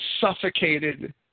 suffocated